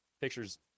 pictures